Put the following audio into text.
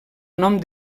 nom